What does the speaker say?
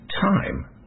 time